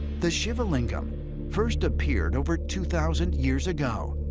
the shiva lingam first appeared over two thousand years ago,